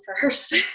First